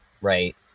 right